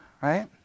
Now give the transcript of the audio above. right